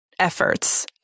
efforts